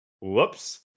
Whoops